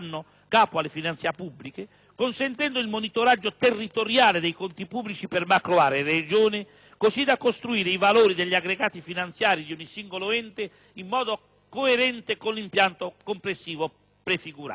capo alle finanze pubbliche, consentendo il monitoraggio territoriale dei conti pubblici per macroaree (Regioni), così da costruire i valori degli aggregati finanziari di ogni singolo ente in modo coerente con l'impianto complessivo prefigurato.